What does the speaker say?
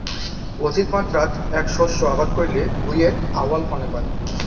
অধিকমাত্রাত এ্যাক শস্য আবাদ করিলে ভূঁইয়ের আউয়াল কণেক হয়